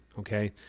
Okay